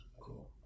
Cool